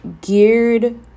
geared